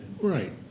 Right